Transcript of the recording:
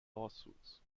lawsuits